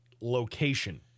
location